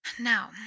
Now